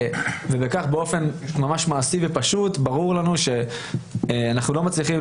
וכך באופן מעשי ופשוט ברור לנו שאנחנו לא מצליחים